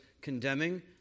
condemning